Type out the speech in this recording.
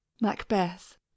Macbeth